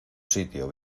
sitio